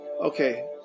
Okay